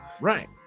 Right